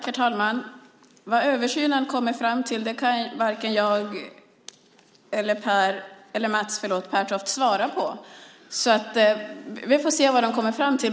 Herr talman! Vad översynen kommer fram till kan varken jag eller Mats Pertoft svara på. Vi får se vad man kommer fram till.